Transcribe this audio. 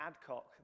Adcock